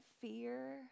fear